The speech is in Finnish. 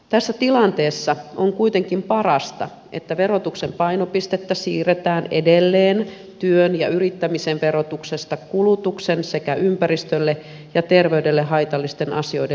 tässä tilanteessa on kuitenkin parasta että verotuksen painopistettä siirretään edelleen työn ja yrittämisen verotuksesta kulutuksen sekä ympäristölle ja terveydelle haitallisten asioiden verotukseen